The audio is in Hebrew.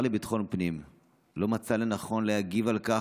לביטחון הפנים לא מצא לנכון להגיב על כך.